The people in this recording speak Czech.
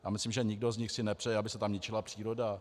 Já myslím, že nikdo z nich si nepřeje, aby se tam ničila příroda.